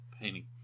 painting